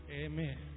Amen